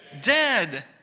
dead